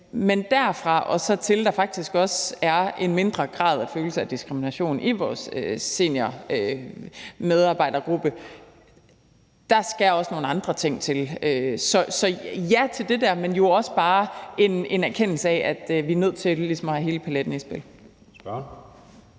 gå derfra og så til, at der faktisk i mindre grad bliver en af følelse af diskrimination i vores seniormedarbejdergruppe, skal der også nogle andre ting til. Så ja til det der, men der er jo også bare en erkendelse af, at vi er nødt til ligesom at have hele paletten i spil.